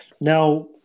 Now